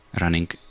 running